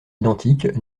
identiques